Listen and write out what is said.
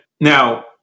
Now